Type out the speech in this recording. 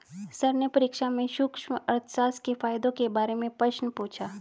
sir ने परीक्षा में सूक्ष्म अर्थशास्त्र के फायदों के बारे में प्रश्न पूछा